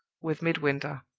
with midwinter.